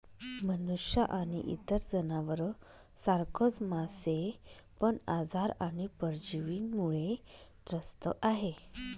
मनुष्य आणि इतर जनावर सारखच मासे पण आजार आणि परजीवींमुळे त्रस्त आहे